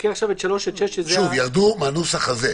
שוב, ירדו מהנוסח הזה.